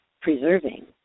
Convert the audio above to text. preserving